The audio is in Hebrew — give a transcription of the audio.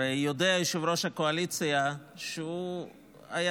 הרי יודע יושב-ראש הקואליציה שהוא היה